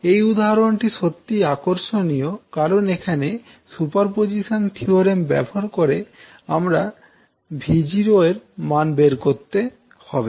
এই উদাহরণটি সত্যিই আকর্ষণীয় কারণ এখানে সুপারপজিশন থিওরেম ব্যবহার করে আমাদের 𝛎0 এর মান বের করতে হবে